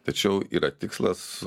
tačiau yra tikslas